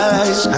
eyes